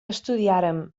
estudiàrem